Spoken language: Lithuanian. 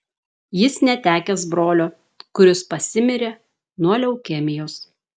jis netekęs brolio kuris pasimirė nuo leukemijos